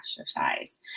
exercise